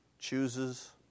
chooses